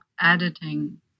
editing